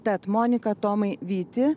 tad monika tomai vyti